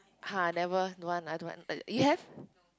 !huh! never don't want I don't want uh you have